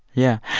yeah.